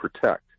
protect